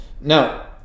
Now